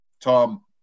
Tom